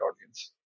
audience